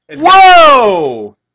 Whoa